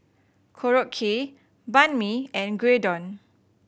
Korokke Banh Mi and Gyudon